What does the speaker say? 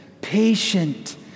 patient